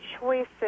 choices